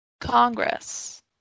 Congress